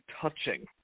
touching